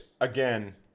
again